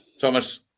Thomas